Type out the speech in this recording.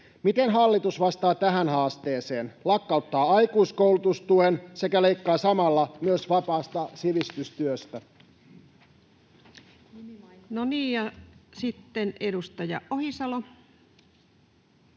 Miten hallitus vastaa tähän haasteeseen? Lakkauttaa aikuiskoulutustuen sekä leikkaa samalla myös vapaasta sivistystyöstä. [Speech 199] Speaker: Ensimmäinen